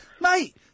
mate